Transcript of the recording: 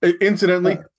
Incidentally